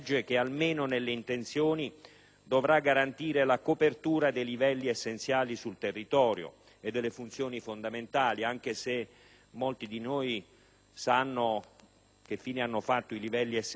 dovrà garantire la copertura dei livelli essenziali e delle funzioni fondamentali sul territorio, anche se molti di noi sanno che fine hanno fatto i livelli essenziali nel settore della sanità.